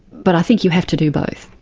but i think you have to do both.